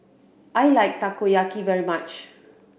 I like Takoyaki very much